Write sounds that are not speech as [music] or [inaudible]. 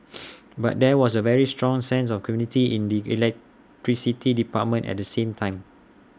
[noise] but there was A very strong sense of community in the electricity department at the same time